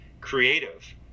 creative